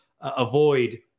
avoid